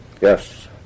Yes